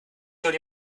schon